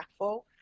impactful